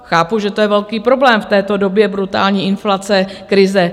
Chápu, že to je velký problém v této době brutální inflace, krize.